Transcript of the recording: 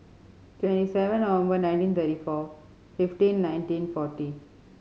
twenty seven November nineteen thirty four fifteen nineteen forty